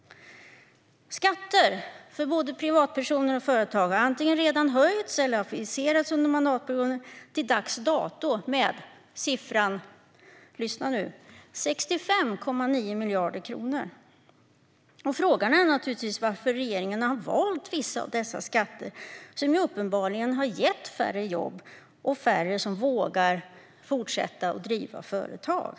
Skatter för både privatpersoner och företag har antingen redan höjts eller aviserats att införas eller höjas under mandatperioden till dags dato med - lyssna nu - 65,9 miljarder kronor! Frågan är varför regeringen har valt vissa av dessa skatter, som uppenbarligen har lett till färre jobb och färre som vågar fortsätta att driva företag.